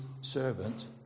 servant